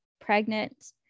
pregnant